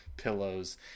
pillows